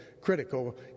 critical